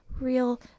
real